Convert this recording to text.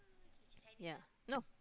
yeah no